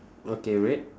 okay red